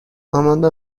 آماندا